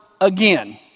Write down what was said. again